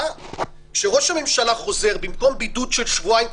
כשראש הממשלה חוזר ובמקום בידוד של שבועיים,